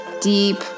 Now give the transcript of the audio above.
deep